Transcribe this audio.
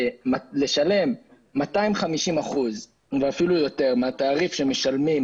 זה לשלם 250% ואפילו יותר מהתעריף שמשלמים